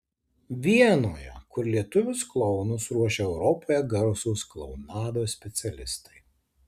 vienoje kur lietuvius klounus ruošia europoje garsūs klounados specialistai